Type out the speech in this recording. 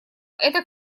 это